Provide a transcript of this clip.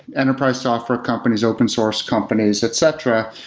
enterprise software companies, open source companies, etc,